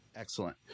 Excellent